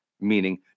meaning